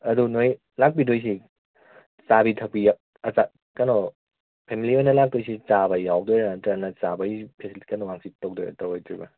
ꯑꯗꯣ ꯅꯣꯏ ꯂꯥꯛꯄꯤꯗꯣꯏꯁꯦ ꯆꯥꯕꯤ ꯊꯛꯄꯤ ꯌꯥꯎ ꯀꯩꯅꯣ ꯐꯦꯃꯤꯂꯤ ꯑꯣꯏꯅ ꯂꯥꯛꯇꯣꯏꯁꯤ ꯆꯥꯕ ꯌꯥꯎꯗꯣꯏꯔꯥ ꯅꯠꯇꯔꯒꯅ ꯆꯥꯕꯒꯤ ꯐꯦꯁꯤꯂꯤꯇꯤ ꯀꯩꯅꯣ ꯁꯦ ꯇꯧꯗꯣꯏꯔꯥ ꯇꯧꯔꯣꯏꯗ꯭ꯔꯥ